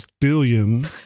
billion